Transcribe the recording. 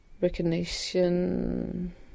recognition